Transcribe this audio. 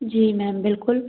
जी ma'am बिल्कुल